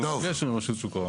אנחנו ניפגש עם רשות שוק ההון.